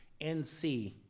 NC